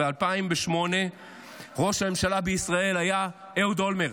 ב-2008 ראש הממשלה בישראל היה אהוד אולמרט,